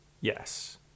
Yes